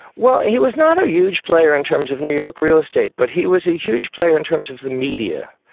well, he was not a huge player in terms of new york real estate but he was a huge player in terms of the media.